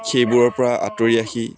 সেইবোৰৰ পৰা আঁতৰি আহি